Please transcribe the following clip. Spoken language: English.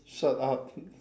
shut up